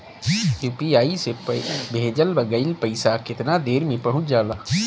UPI से भेजल गईल पईसा कितना देर में पहुंच जाला?